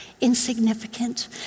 insignificant